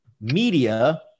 media